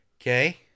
Okay